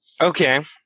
Okay